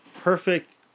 perfect